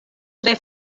tre